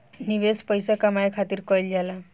निवेश पइसा कमाए खातिर कइल जाला